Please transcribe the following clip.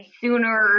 sooner